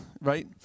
right